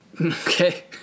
Okay